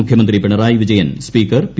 മുഖ്യമന്ത്രി Pinarayi Vijayan speaker P